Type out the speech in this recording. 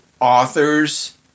authors